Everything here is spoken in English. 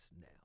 now